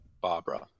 Barbara